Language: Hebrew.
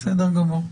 בסדר גמור.